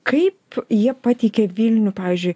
kaip jie pateikė vilnių pavyzdžiui